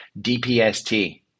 DPST